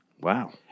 Wow